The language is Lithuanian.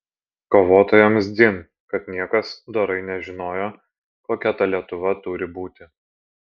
kovotojams dzin kad niekas dorai nežinojo kokia ta lietuva turi būti